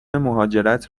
مهاجرت